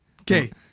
Okay